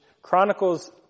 Chronicles